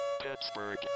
Pittsburgh